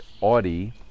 Audi